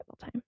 time